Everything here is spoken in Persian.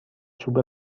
چوب